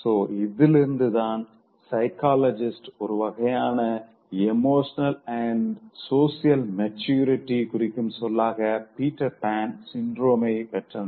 so இதிலிருந்துதான் psychologist ஒருவகையான emotional and social மெச்சூரிட்டியை குறிக்கும் சொல்லாக பீட்டர் பான் சின்றமை பெற்றனர்